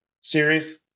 series